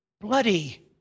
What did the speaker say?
Bloody